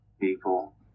people